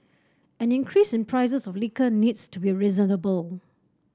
any increase in prices of liquor needs to be reasonable